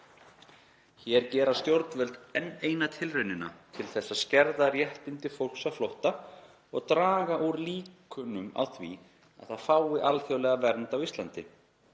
Hér gera stjórnvöld enn eina tilraunina til þess að skerða réttindi fólks á flótta og draga úr líkunum á því að það fái alþjóðlega vernd á Íslandi.